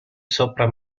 sopra